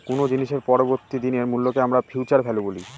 কোনো জিনিসের পরবর্তী দিনের মূল্যকে আমরা ফিউচার ভ্যালু বলি